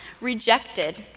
rejected